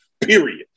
Period